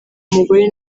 umugore